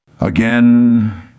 Again